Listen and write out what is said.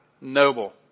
noble